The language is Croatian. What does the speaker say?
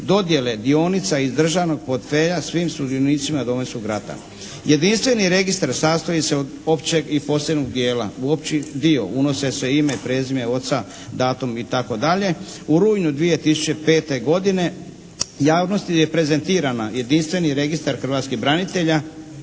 dodjele dionica iz državnog portfelja svim sudionicima Domovinskog rata. Jedinstveni registar sastoji se od općeg i posebnog dijela. U opći dio unose se ime, prezime oca, datum itd. U rujnu 2005. godine javnosti je prezentiran jedinstveni registar hrvatskih branitelja